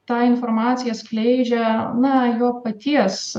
tą informaciją skleidžia na jo paties